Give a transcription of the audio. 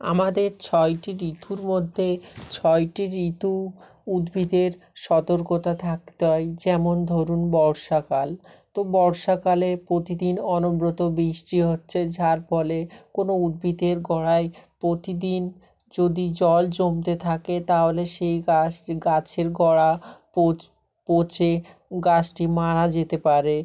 আমাদের ছয়টি ঋতুর মধ্যে ছয়টি ঋতু উদ্ভিদের সতর্কতা থাকতে হয় যেমন ধরুন বর্ষাকাল তো বর্ষাকালে প্রতিদিন অনবরত বৃষ্টি হচ্ছে যার ফলে কোনো উদ্ভিদের গোড়ায় প্রতিদিন যদি জল জমতে থাকে তাহলে সেই গাছ গাছের গোড়া পচে গাছটি মারা যেতে পারে